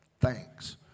thanks